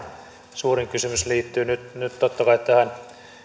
suurin kysymys liittyy nyt nyt totta kai tähän